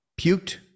Puked